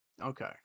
Okay